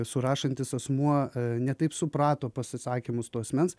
surašantis asmuo ne taip suprato pasisakymus to asmens